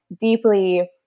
deeply